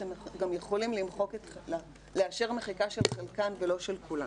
שאתם יכולים גם לאשר מחיקה של חלקן ולא של כולן.